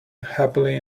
happily